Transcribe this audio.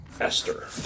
Esther